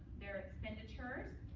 their expenditures,